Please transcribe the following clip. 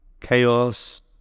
Chaos